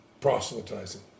proselytizing